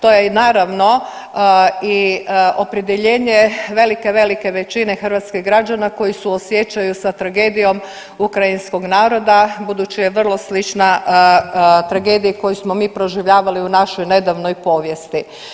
To je naravno i opredjeljenje velike velike većine hrvatskih građana koji suosjećaju sa tragedijom ukrajinskog naroda budući je vrlo slična tragediji koju smo mi proživljavali u našoj nedavnoj povijesti.